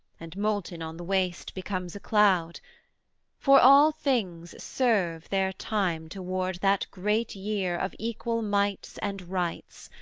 and molten on the waste becomes a cloud for all things serve their time toward that great year of equal mights and rights,